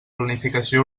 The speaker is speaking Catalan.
planificació